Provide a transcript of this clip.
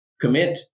commit